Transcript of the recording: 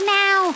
now